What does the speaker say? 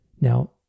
Now